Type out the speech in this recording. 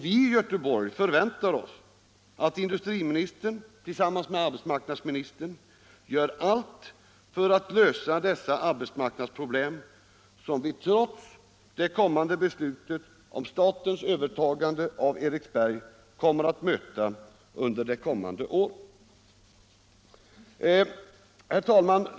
Vi i Göteborg förväntar oss att industriministern tillsammans med arbetsmarknadsministern gör allt för att lösa de arbetsmarknadsproblem som vi trots det kommande beslutet om statens övertagande av Eriksberg kommer att möta under de följande åren. Herr talman!